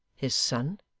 his son!